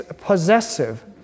possessive